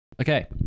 Okay